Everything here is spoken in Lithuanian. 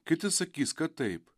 kiti sakys kad taip